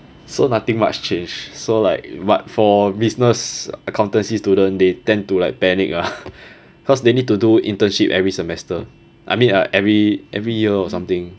so nothing much change so like but for business accountancy student they tend to like panic ah cause they need to do internship every semester I mean like every every year or something